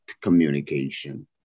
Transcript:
communication